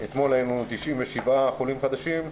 אתמול היו 97 חולים חדשים.